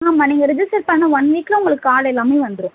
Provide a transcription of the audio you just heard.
ஆமாம் நீங்கள் ரிஜிஸ்டர் பண்ணிண ஒன் வீக்கில் உங்களுக்கு கால் எல்லாமே வந்துடும்